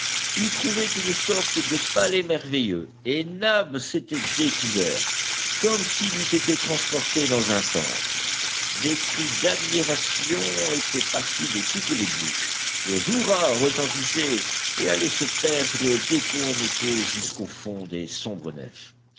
ils trouvaient une sorte de palais merveilleux et nab s'était découvert comme s'il eût été transporté dans un temple des cris d'admiration étaient partis de toutes les bouches les hurrahs retentissaient et allaient se perdre d'écho en écho jusqu'au fond des sombres nefs